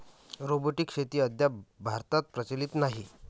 robotic शेती अद्याप भारतात प्रचलित नाही